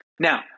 Now